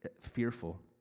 fearful